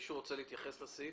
מישהו רוצה להתייחס לסעיף?